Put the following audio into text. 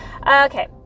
Okay